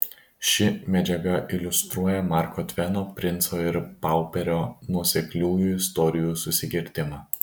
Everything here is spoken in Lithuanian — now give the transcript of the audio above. ši medžiaga iliustruoja marko tveno princo ir pauperio nuosekliųjų istorijų susikirtimą